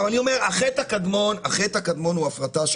עכשיו אני אומר שהחטא הקדמון הוא ההפרטה של